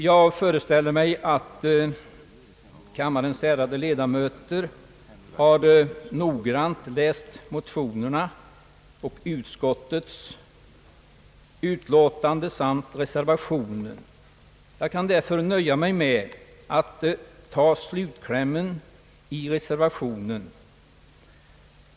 Jag föreställer mig att kammarens ärade ledamöter noggrant läst motionerna, utskottets utlåtande och reservationen. Jag skall därför nöja mig med att återge slutklämmen i reservationen.